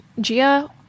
Gia